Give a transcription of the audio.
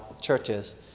churches